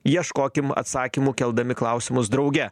ieškokim atsakymų keldami klausimus drauge